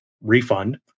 refund